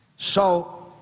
so